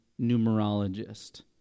numerologist